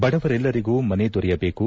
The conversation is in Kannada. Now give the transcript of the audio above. ಬಡವರೆಲ್ಲರಿಗೂ ಮನೆ ದೊರೆಯಬೇಕು